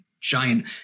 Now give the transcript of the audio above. giant